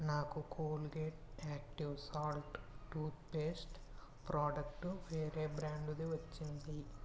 నాకు Colgate active salt toothpaste product వేరే బ్రాండుది వచ్చింది